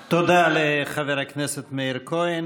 תודה לחבר הכנסת מאיר כהן.